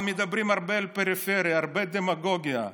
מדברים הרבה על פריפריה, הרבה דמגוגיה,